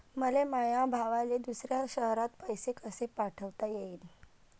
मले माया भावाले दुसऱ्या शयरात पैसे कसे पाठवता येईन?